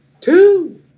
Two